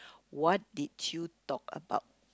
what did you talk about